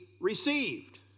received